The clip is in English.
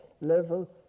level